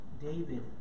David